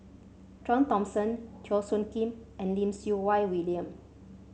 John Thomson Teo Soon Kim and Lim Siew Wai William